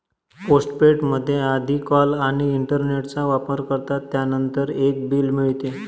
postpaid मध्ये आधी call आणि इंटरनेटचा वापर करतात, त्यानंतर एक बिल मिळते